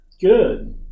Good